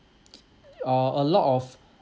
uh a lot of